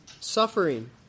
suffering